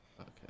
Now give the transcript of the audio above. Okay